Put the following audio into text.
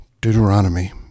Deuteronomy